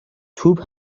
توپ